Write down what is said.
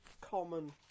common